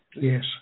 Yes